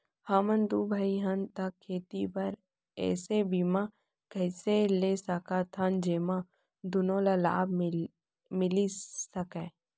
हमन दू भाई हन ता खेती बर ऐसे बीमा कइसे ले सकत हन जेमा दूनो ला लाभ मिलिस सकए?